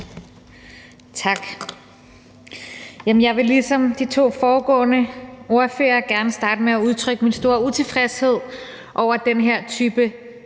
Tak. Jeg vil ligesom de to foregående ordførere gerne starte med at udtrykke min store utilfredshed over den her type